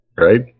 Right